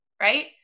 right